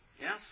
Yes